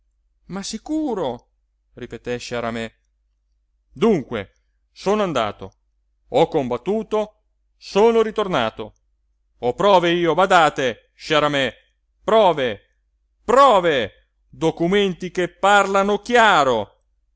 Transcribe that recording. ma sicuro ripeté sciarame dunque sono andato ho combattuto sono ritornato ho prove io badate sciaramè prove prove documenti che parlano chiaro